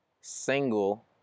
single